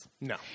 No